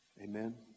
Amen